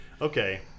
Okay